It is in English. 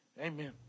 Amen